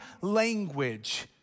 language